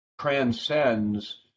transcends